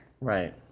right